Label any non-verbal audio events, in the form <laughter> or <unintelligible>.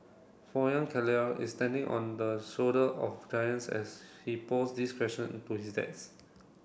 for young Keller is standing on the shoulder of giants as he posed these question to his <unintelligible>